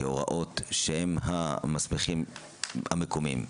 כהוראות שהם המסמיכים המקומיים.